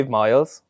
miles